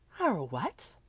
our what?